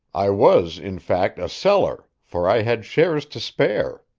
i was in fact a seller, for i had shares to spare.